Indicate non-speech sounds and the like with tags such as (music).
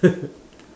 (laughs)